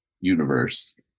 universe